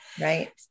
Right